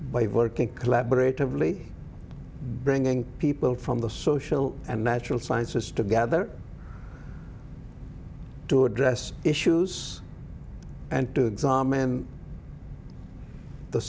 by working collaboratively bringing people from the social and natural sciences together to address issues and to examine the